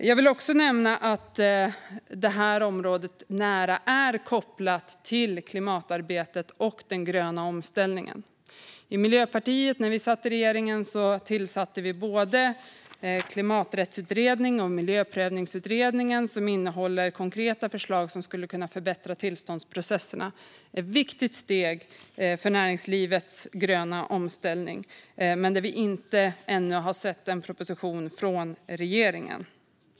Jag vill också nämna att området är nära kopplat till klimatarbetet och den gröna omställningen. När Miljöpartiet satt i regering tillsatte vi både Klimaträttsutredningen och Miljöprövningsutredningen. De gav konkreta förslag som kan förbättra tillståndsprocesserna, och de är ett viktigt steg för näringslivets gröna omställning. Men vi har ännu inte sett en proposition från regeringen.